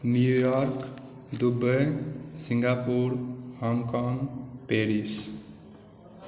New York Dubai Singapore Hong Kong Paris